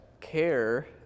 Care